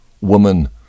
Woman